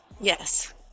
Yes